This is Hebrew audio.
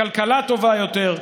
לכלכלה טובה יותר,